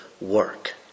work